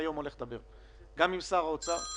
היום אני הולך לדבר גם עם שר האוצר,